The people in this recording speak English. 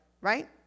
Right